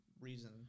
reason